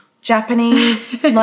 Japanese